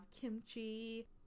kimchi